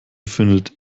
findet